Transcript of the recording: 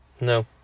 No